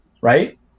right